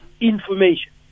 information